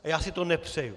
A já si to nepřeju.